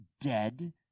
dead